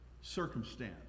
circumstance